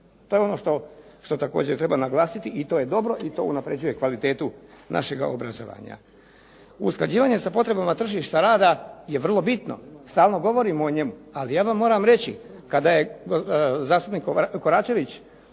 To je ono što također treba naglasiti i to je dobro i to unapređuje kvalitetu našega obrazovanja. Usklađivanje sa potrebama tržišta rada je vrlo bitno, stalno govorimo o njemu. Ali ja vam moram reći, kada je zastupnik Koračević